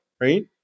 right